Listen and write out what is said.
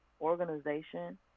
organization